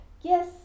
yes